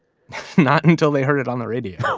not until they heard it on the radio